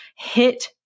Hit